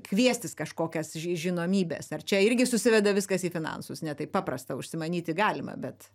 kviestis kažkokias ži žinomybes ar čia irgi susiveda viskas į finansus ne taip paprasta užsimanyti galima bet